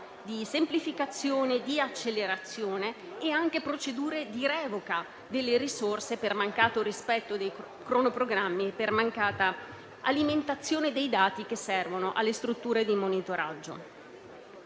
di semplificazione, accelerazione e revoca delle risorse per mancato rispetto dei cronoprogrammi e mancata alimentazione dei dati che servono alle strutture di monitoraggio.